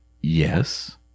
Yes